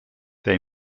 they